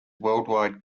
worldwide